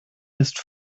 ist